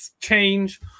change